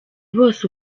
bose